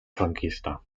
franquista